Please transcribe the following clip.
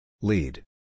Lead